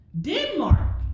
Denmark